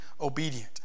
obedient